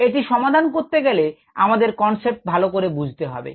এটি সমাধান করতে গেলে তোমাদের কনসেপ্টে ভালো করে বুঝতে হবে